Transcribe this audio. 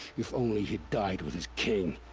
if only he'd died with his king.